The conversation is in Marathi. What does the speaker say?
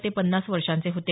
ते पन्नास वर्षांचे होते